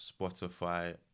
Spotify